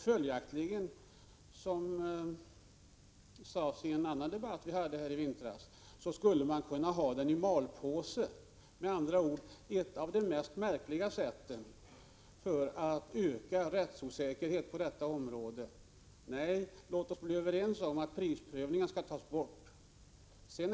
Följaktligen skulle man, som det sades i en annan debatt i vintras, kunna ha den i malpåse — med andra ord ett av de mest märkliga sätten att öka rättsosäkerheten på detta område. Nej, låt oss bli överens om att prisprövningen skall tas bort.